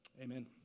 Amen